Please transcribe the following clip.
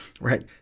Right